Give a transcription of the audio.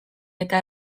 eta